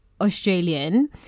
Australian